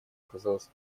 оказалось